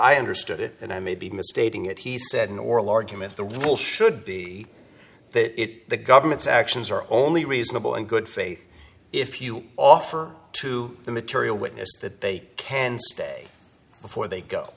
i understood it and i may be misstating it he said in oral argument the rule should be that it the government's actions are only reasonable in good faith if you offer to the material witness that they can stay before they go